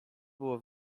było